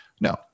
No